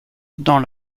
dans